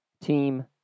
team